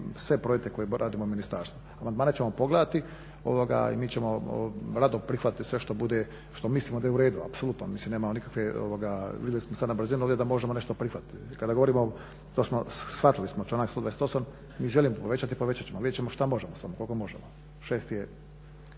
sve projekte koje radimo u ministarstvu. Amandmane ćemo pogledati i mi ćemo rado prihvatiti sve što mislimo da je uredu, apsolutno. Vidjeli smo sada na brzinu ovdje da možemo nešto prihvatiti. Shvatili smo članak 128.mi želimo povećati i povećat ćemo, vidjet ćemo šta možemo samo koliko možemo. Mislimo